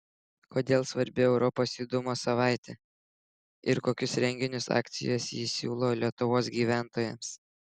kodėl svarbi europos judumo savaitė ir kokius renginius akcijas ji siūlo lietuvos gyventojams